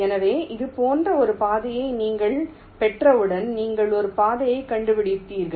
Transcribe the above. எனவே இது போன்ற ஒரு பாதையை நீங்கள் பெற்றவுடன் நீங்கள் ஒரு பாதையை கண்டுபிடித்தீர்கள்